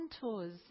contours